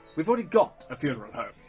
we've already got a funeral home.